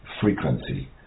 frequency